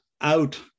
out